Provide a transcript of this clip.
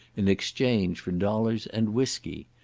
in exchange for dollars and whiskey.